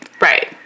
right